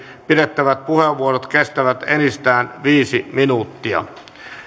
pidettävät puheenvuorot kestävät enintään viisi minuuttia